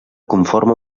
conforma